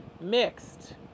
mixed